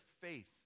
faith